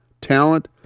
Talent